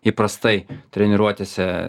įprastai treniruotėse